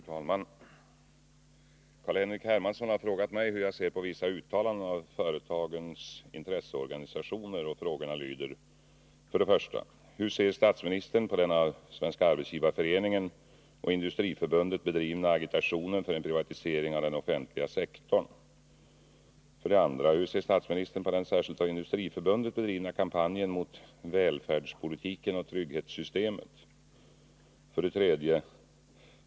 Fru talman! Carl-Henrik Hermansson har frågat mig hur jag ser på vissa uttalanden av företagens intresseorganisationer. Frågorna lyder: 1. Hur ser statsministern på den av Svenska arbetsgivareföreningen och Industriförbundet bedrivna agitationen för en privatisering av den offentliga sektorn? 2. Hur ser statsministern på den särskilt av Industriförbundet bedrivna kampanjen mot välfärdspolitiken och trygghetssystemet? 3.